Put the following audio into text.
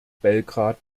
belgrad